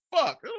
fuck